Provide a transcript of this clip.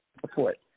support